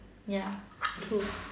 ya true